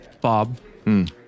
Bob